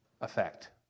effect